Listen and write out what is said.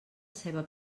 ceba